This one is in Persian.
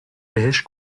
بهش